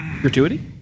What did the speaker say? gratuity